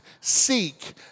seek